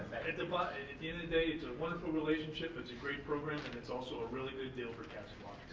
at the but end of the and day, it's a wonderful relationship, it's a great program and it's also a really good deal for cats